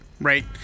Right